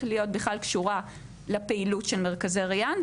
להיות בכלל קשורה לפעילות של מרכזי ריאן,